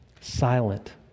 silent